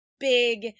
Big